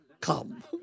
Come